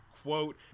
quote